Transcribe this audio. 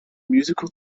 musical